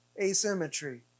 asymmetry